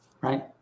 right